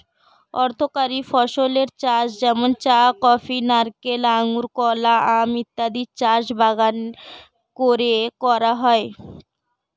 অর্থকরী ফসলের চাষ যেমন চা, কফি, নারিকেল, আঙুর, কলা, আম ইত্যাদির চাষ বাগান করে করা হয়